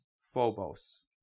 phobos